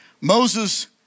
Moses